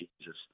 Jesus